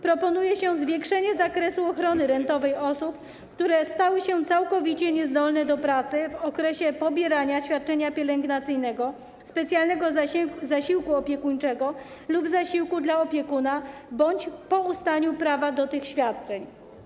Proponuje się zwiększenie zakresu ochrony rentowej osób, które stały się całkowicie niezdolne do pracy w okresie pobierania świadczenia pielęgnacyjnego, specjalnego zasiłku opiekuńczego lub zasiłku dla opiekuna bądź po ustaniu prawa do tych świadczeń.